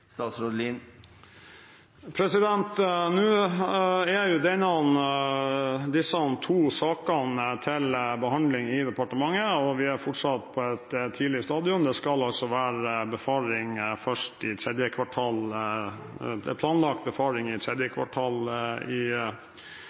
Nå er jo disse to sakene til behandling i departementet, og vi er fortsatt på et tidlig stadium. Det er planlagt befaring i tredje kvartal